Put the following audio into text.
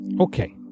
Okay